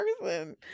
person